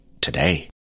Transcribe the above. Today